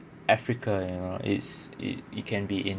africa you know is it it can be in